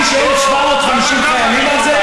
רגע, עפר, אתם לא מטרטרים אותנו?